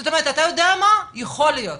זאת אומרת, אתה יודע מה, יכול להיות,